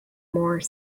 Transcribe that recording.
more